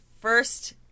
first